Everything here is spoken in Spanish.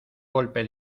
golpe